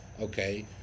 okay